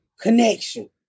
connection